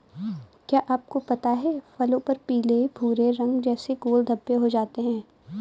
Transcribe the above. क्या आपको पता है फलों पर पीले भूरे रंग जैसे गोल धब्बे हो जाते हैं?